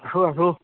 আছোঁ আছোঁ